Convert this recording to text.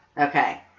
Okay